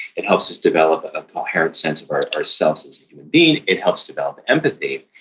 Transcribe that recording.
it helps us develop a coherent sense of ourselves as a human being. it helps develop empathy,